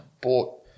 bought